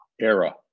era